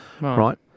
Right